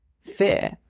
fear